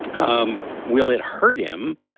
um will it hurt him?